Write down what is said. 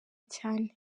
cyane